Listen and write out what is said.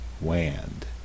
Wand